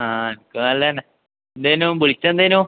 ആ ഒക്കെ നല്ല തന്നെ എന്തേനു വിളിച്ചത് എന്തേനു